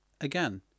Again